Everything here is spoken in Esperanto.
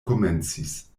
komencis